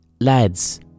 Lads